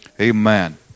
Amen